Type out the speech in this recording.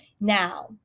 Now